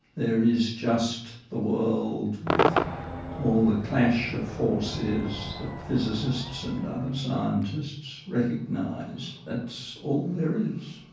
there is just the world with all the clash of forces that physicists and other scientists recognise. that's all there is.